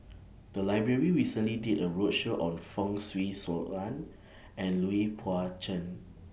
The Library recently did A roadshow on Fong Swee Suan and Lui Pao Chuen